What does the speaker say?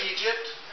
Egypt